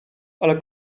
ale